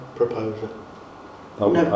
proposal